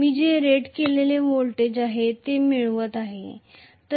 मी जे रेट केलेले व्होल्टेज आहे ते मिळवित आहे